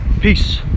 peace